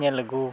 ᱧᱮᱞ ᱟᱹᱜᱩ